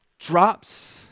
drops